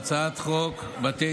הצעת חוק מטעם הממשלה לקריאה ראשונה,